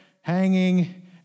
hanging